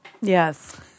Yes